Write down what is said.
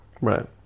Right